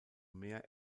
mehr